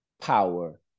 power